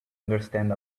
understand